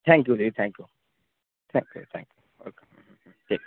thank you দিদি thank you thank you thank you okay ঠিক আছে